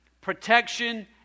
protection